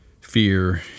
fear